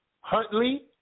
Huntley